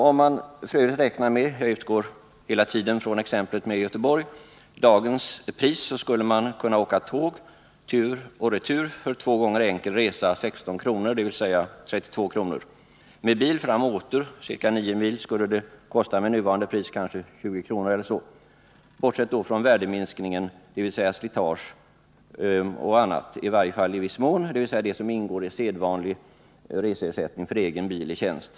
Om man f. ö. räknar med — jag utgår hela tiden från att det här gäller Göteborg — dagens prisläge, så skulle man kunna åka tåg tur och retur för två gånger enkel resa å 16 kr., dvs. 32 kr. I dagens läge skulle det med bil fram och åter — det rör sig om en sträcka på ca 9 mil — kosta kanske 20 kr. Jag bortser då, i varje fall i viss mån, från värdeminskningen, dvs. slitage och annat som ingår i den sedvanliga reseersättningen för egen bil i tjänst.